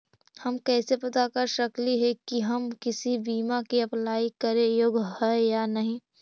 हम कैसे पता कर सकली हे की हम किसी बीमा में अप्लाई करे योग्य है या नही?